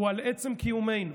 הוא על עצם קיומנו.